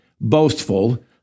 boastful